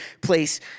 place